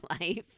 life